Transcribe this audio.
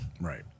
Right